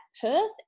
Perth